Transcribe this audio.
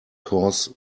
cause